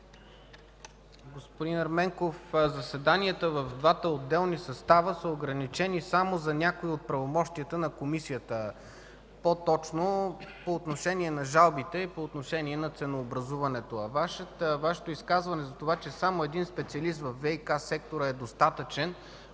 Господин Ерменков, заседанията в двата отделни състава са ограничени само за някои от правомощията на Комисията, по-точно по отношение на жалбите и на ценообразуването. Относно Вашето изказване, че само един специалист във ВиК сектора е достатъчен,